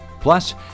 Plus